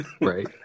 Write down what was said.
Right